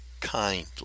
kindly